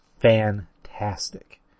fantastic